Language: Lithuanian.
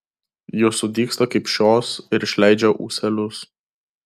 jos sudygsta kaip šios ir išleidžia ūselius